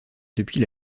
depuis